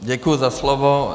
Děkuji za slovo.